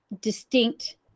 distinct